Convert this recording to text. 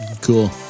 Cool